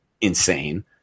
insane